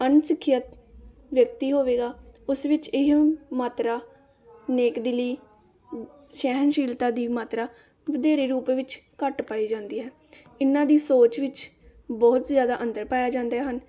ਅਣਸਿੱਖਿਅਤ ਵਿਅਕਤੀ ਹੋਵੇਗਾ ਉਸ ਵਿੱਚ ਇਹ ਮਾਤਰਾ ਨੇਕ ਦਿਲੀ ਸਹਿਣਸ਼ੀਲਤਾ ਦੀ ਮਾਤਰਾ ਵਧੇਰੇ ਰੂਪ ਵਿੱਚ ਘੱਟ ਪਾਈ ਜਾਂਦੀ ਹੈ ਇਹਨਾਂ ਦੀ ਸੋਚ ਵਿੱਚ ਬਹੁਤ ਜ਼ਿਆਦਾ ਅੰਤਰ ਪਾਇਆ ਜਾਂਦਾ ਹਨ